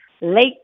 late